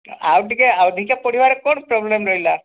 ଆଉ ଟିକିଏ ଅଧିକା ପଢ଼ିବାରେ କ'ଣ ପ୍ରୋବ୍ଲେମ୍ ରହିଲା